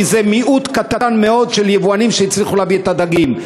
כי מיעוט קטן מאוד של יבואנים הצליחו להביא את הדגים.